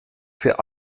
für